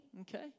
Okay